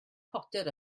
potter